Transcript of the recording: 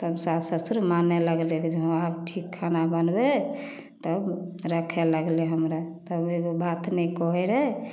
तब सास ससुर माने लगलै रहै जे हँ आब ठीक खाना बनबै हइ तब रखै लगलै हमरा तब एगो बात नहि कहै रहै